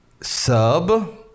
Sub